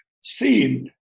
seen